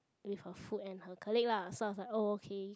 with her food and her colleagues lah so I was like oh okay